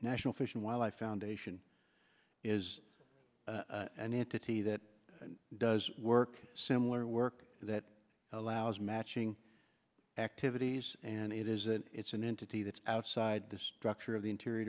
national fish and wildlife foundation is an entity that does work similar work that allows matching activities and it isn't it's an entity that's outside the structure of the interior